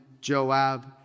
Joab